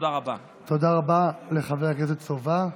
תודה רבה לחבר הכנסת סובא.